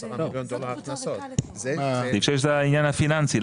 סעיף 6 זה העניין הפיננסי,